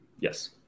yes